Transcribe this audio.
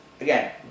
again